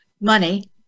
money